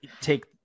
take